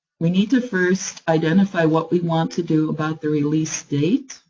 we need to first identify what we want to do about the release date.